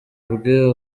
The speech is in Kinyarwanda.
bwe